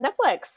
Netflix